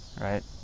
right